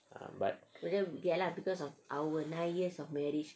uh but